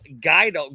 guide